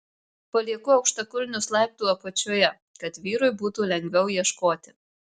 palieku aukštakulnius laiptų apačioje kad vyrui būtų lengviau ieškoti